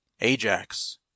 Ajax